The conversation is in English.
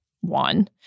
one